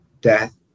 death